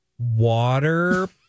Water